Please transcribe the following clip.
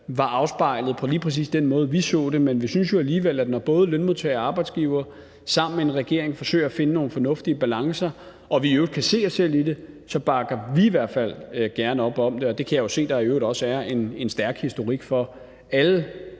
var afspejlet på lige præcis den måde, vi gerne så det. Men når både lønmodtagere og arbejdsgivere sammen med en regering forsøger at finde nogle fornuftige balancer og vi i øvrigt kan se os selv i det, bakker vi i hvert fald gerne op om det. Og det kan jeg jo se der i øvrigt også er en stærk historik for alle